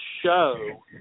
show